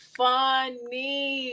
funny